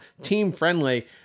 team-friendly